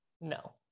No